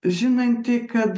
žinantį kad